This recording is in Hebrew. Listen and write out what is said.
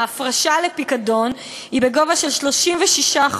ההפרשה לפיקדון היא בגובה 36%,